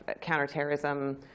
counterterrorism